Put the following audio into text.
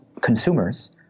consumers